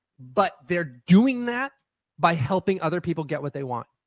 but they're doing that by helping other people get what they want.